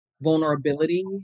vulnerability